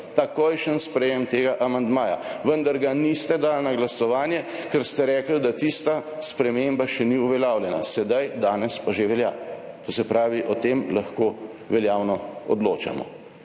takojšnje sprejetje tega amandmaja, vendar ga niste dali na glasovanje, ker ste rekli, da tista sprememba še ni uveljavljena. Sedaj, danes pa že velja. To se pravi, o tem lahko veljavno odločamo.